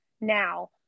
now